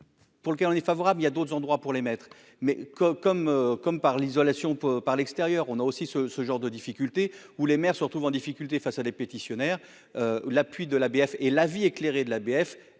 pour lequel on est favorable, il y a d'autres endroits pour les mettre mais comme comme comme par l'isolation par l'extérieur, on a aussi ce ce genre de difficultés où les maires se retrouvent en difficulté face à des pétitionnaires, l'appui de la BF et l'avis éclairé de la BF